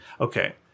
Okay